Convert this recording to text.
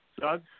Doug